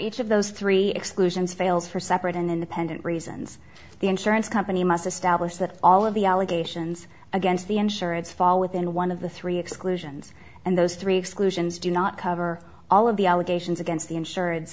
each of those three exclusions fails for separate and independent reasons the insurance company must establish that all of the allegations against the insurance fall within one of the three exclusions and those three exclusions do not cover all of the allegations against the insurance